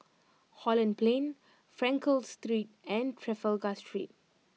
Holland Plain Frankel Street and Trafalgar Street